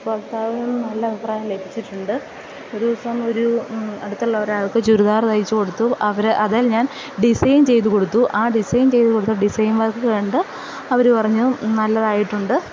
will നിന്ന് നല്ല അഭിപ്രായം ലഭിച്ചിട്ടുണ്ട് ഒരു ദിവസം ഒരു അടുത്തുള്ള ഒരാൾക്ക് ചുരിദാർ തയ്ച്ചു കൊടുത്തു അവര് അതിൽ ഞാൻ ഡിസൈൻ ചെയ്തു കൊടുത്തു ആ ഡിസൈൻ ചെയ്തുകൊടുത്ത ഡിസൈൻ വർക്ക് കണ്ട് അവര് പറഞ്ഞു നല്ലതായിട്ടുണ്ട്